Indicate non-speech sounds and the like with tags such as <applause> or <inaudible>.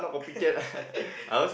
<laughs>